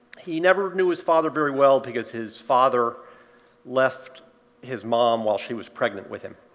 he never knew his father very well, because his father left his mom while she was pregnant with him.